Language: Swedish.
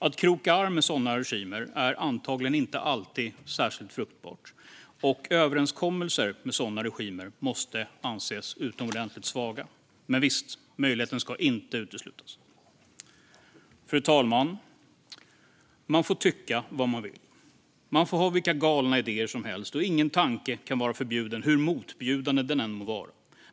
Att kroka arm med sådana regimer är antagligen inte alltid särskilt fruktbart, och överenskommelser med sådana regimer måste anses utomordentligt svaga. Men visst, möjligheten ska inte uteslutas. Fru talman! Man får tycka vad man vill. Man får ha vilka galna idéer som helst, och ingen tanke kan vara förbjuden, hur motbjudande den än må vara.